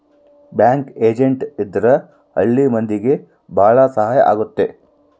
bank agent ಇದ್ರ ಹಳ್ಳಿ ಮಂದಿಗೆ ಭಾಳ ಸಹಾಯ ಆಗುತ್ತೆ